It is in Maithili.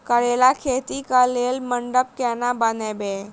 करेला खेती कऽ लेल मंडप केना बनैबे?